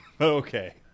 Okay